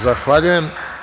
Zahvaljujem.